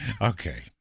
Okay